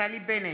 נפתלי בנט,